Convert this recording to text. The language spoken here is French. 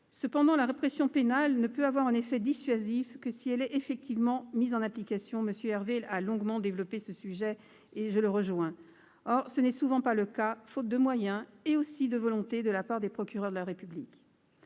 Cependant, la répression pénale ne peut avoir un effet dissuasif que si elle est effectivement mise en application- M. Hervé y a fortement insisté, et je partage son point de vue. Or ce n'est souvent pas le cas, faute de moyens, mais aussi de volonté de la part des procureurs de la République.